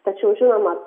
tačiau žinoma